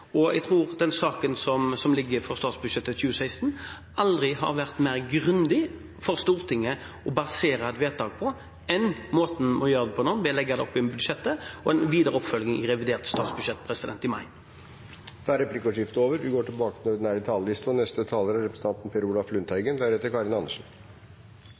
og jeg tror saken som ligger for statsbudsjettet 2016, aldri har vært mer grundig for Stortinget å basere et vedtak på enn måten vi gjør det på nå, ved å legge det opp gjennom budsjettet og en videre oppfølging i revidert statsbudsjett i mai. Replikkordskiftet er over. Saksordfører Wiborg sa at det er to ting vi nå skal ta stilling til,